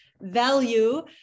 value